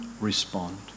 respond